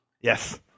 Yes